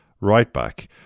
right-back